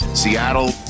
Seattle